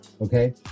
okay